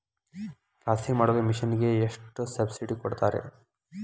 ರಾಶಿ ಮಾಡು ಮಿಷನ್ ಗೆ ಎಷ್ಟು ಸಬ್ಸಿಡಿ ಕೊಡ್ತಾರೆ?